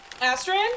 Astrid